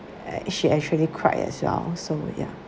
a~ she actually cried as well so ya